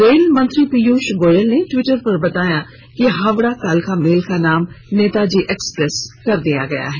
rail मंत्री पीयूष गोयल ने Twitter पर बताया कि हावडा कालका मेल का नाम नेताजी एक्सप्रेस कर दिया गया है